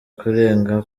kurenga